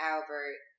Albert